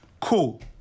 Cool